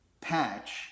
patch